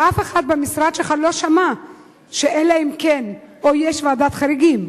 ואף אחד במשרד שלך לא שמע על "אלא אם כן" ושיש ועדת חריגים.